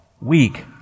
weak